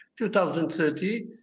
2030